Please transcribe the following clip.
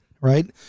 right